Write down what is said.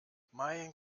mein